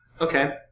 Okay